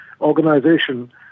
organization